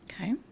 Okay